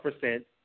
percent